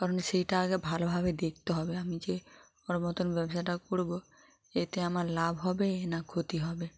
কারণ সেটা আগে ভালোভাবে দেখতে হবে আমি যে ওর মতন ব্যবসাটা করব এতে আমার লাভ হবে না ক্ষতি হবে